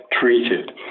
treated